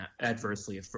adversely